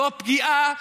זו פגיעה,